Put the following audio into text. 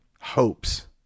hopes